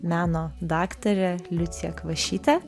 meno daktarė liucija kvašytė